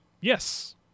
Yes